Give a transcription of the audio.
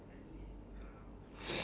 ya that's one thing but